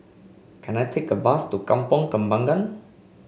can I take a bus to Kampong Kembangan